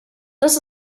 this